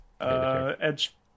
Edge